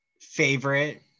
favorite